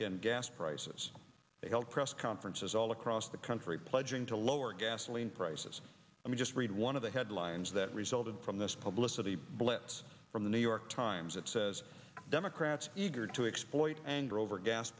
in gas prices they held press conferences all across the country pledging to lower gasoline prices let me just read one of the headlines that resulted from this publicity blitz from the new york times it says democrats eager to exploit anger over gas